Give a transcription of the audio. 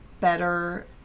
better